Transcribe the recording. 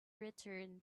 return